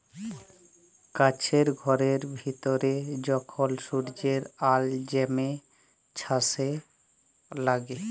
কাছের ঘরের ভিতরে যখল সূর্যের আল জ্যমে ছাসে লাগে